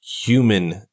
human